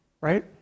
Right